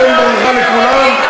תן ברכה לכולם,